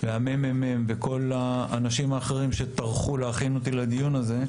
גם הממ"מ וכל האחרים שטרחו להכין אותי לדיון הזה,